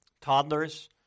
toddlers